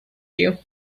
you